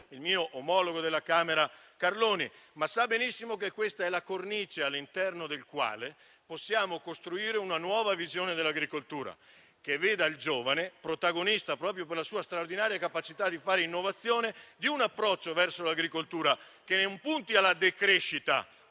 il mio omologo della Camera, onorevole Carloni. Ma sappiamo benissimo che questa è la cornice all'interno della quale possiamo costruire una nuova visione dell'agricoltura, che veda il giovane protagonista, proprio per la sua straordinaria capacità di fare innovazione, di un approccio verso l'agricoltura che non punti alla decrescita,